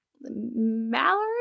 mallory